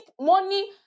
money